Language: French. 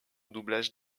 doublage